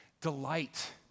delight